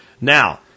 Now